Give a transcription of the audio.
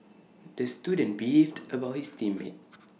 the student beefed about his teammate